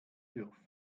dürfen